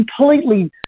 completely